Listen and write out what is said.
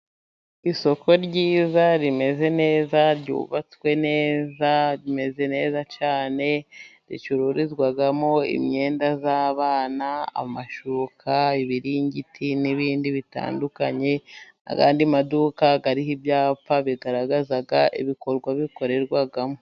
Isoko ryiza rimeze neza, ryubatswe neza, rimeze neza cyane, ricururizwamo imyenda y'abana, amashuka, ibiringiti n'ibindi bitandukanye, n'andi maduka ariho ibyapa bigaragaza ibikorwa bikorerwamo.